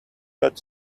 got